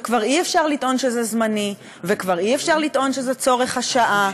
וכבר אי-אפשר לטעון שזה זמני וכבר אי-אפשר לטעון שזה צורך השעה,